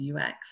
UX